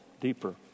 deeper